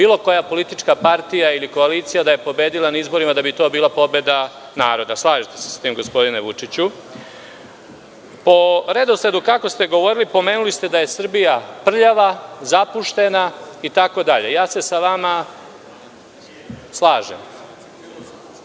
bilo koja politička partija ili koalicija da je pobedila na izborima da bi to bila pobeda naroda. Slažete se sa tim, gospodine Vučiću? Po redosledu kako ste govorili, pomenuli ste da je Srbija prljava, zapuštena itd. Slažem se sa vama.